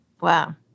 Wow